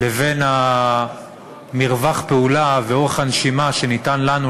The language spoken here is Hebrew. לבין מרווח הפעולה ואורך הנשימה שניתן לנו,